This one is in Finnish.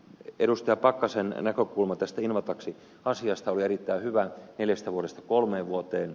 pakkasen näkökulma tästä invataksiasiasta oli erittäin hyvä neljästä vuodesta kolmeen vuoteen